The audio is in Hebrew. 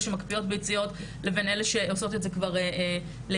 שמקפיאות ביציות לבין אלה שעושות את זה לילד.